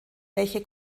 welche